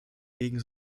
gegen